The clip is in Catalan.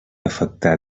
afectar